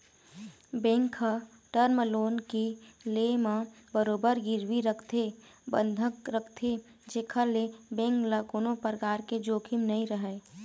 bank ह term loan के ले म बरोबर गिरवी रखथे बंधक रखथे जेखर ले बेंक ल कोनो परकार के जोखिम नइ रहय